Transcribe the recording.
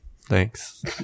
Thanks